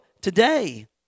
today